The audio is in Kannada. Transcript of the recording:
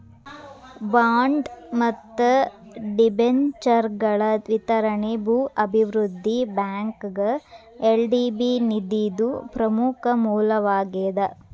ಬಾಂಡ್ ಮತ್ತ ಡಿಬೆಂಚರ್ಗಳ ವಿತರಣಿ ಭೂ ಅಭಿವೃದ್ಧಿ ಬ್ಯಾಂಕ್ಗ ಎಲ್.ಡಿ.ಬಿ ನಿಧಿದು ಪ್ರಮುಖ ಮೂಲವಾಗೇದ